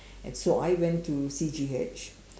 and so I went to C_G_H